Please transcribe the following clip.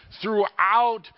throughout